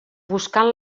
buscant